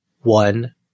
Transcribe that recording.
one